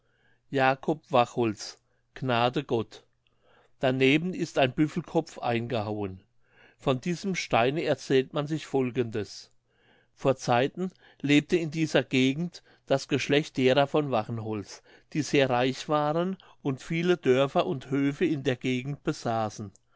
jacob wachholz gnade gott daneben ist ein büffelkopf eingehauen von diesem steine erzählt man sich folgendes vor zeiten lebte in dieser gegend das geschlecht derer von wachholz die sehr reich waren und viele dörfer und höfe in der gegend besaßen